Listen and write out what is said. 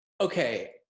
Okay